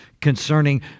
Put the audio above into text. concerning